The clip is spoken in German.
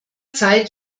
zeit